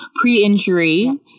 pre-injury